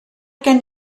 gen